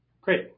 Great